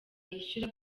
yishyura